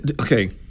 Okay